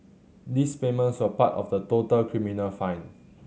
these payments were part of the total criminal fine